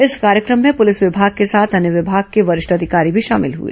इस कार्यक्रम में पुलिस विभाग के साथ अन्य विभाग के वरिष्ठ अधिकारी भी शामिल हुए